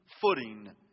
footing